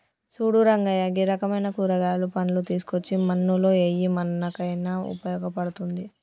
సూడు రంగయ్య గీ రకమైన కూరగాయలు, పండ్లు తీసుకోచ్చి మన్నులో ఎయ్యి మన్నుకయిన ఉపయోగ పడుతుంది